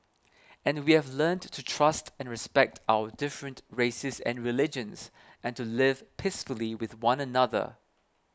and we have learnt to trust and respect our different races and religions and to live peacefully with one another